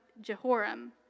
Jehoram